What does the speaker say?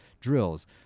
drills